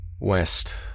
West